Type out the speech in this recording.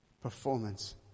performance